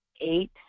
eight